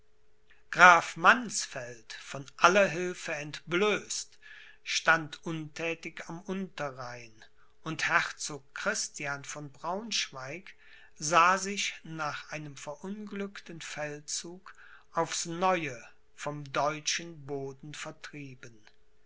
graf mannsfeld von aller hilfe entblößt stand unthätig am unterrhein und herzog christian von braunschweig sah sich nach einem verunglückten feldzug aufs neue vom deutschen boden vertrieben